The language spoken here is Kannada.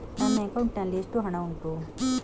ನನ್ನ ಅಕೌಂಟ್ ನಲ್ಲಿ ಎಷ್ಟು ಹಣ ಉಂಟು?